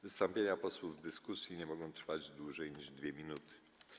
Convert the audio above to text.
Wystąpienia posłów w dyskusji nie mogą trwać dłużej niż 2 minuty.